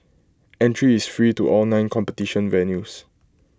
entry is free to all nine competition venues